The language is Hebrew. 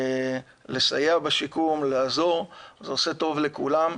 לסייע בשיקום, לעזור, זה עושה טוב לכולם.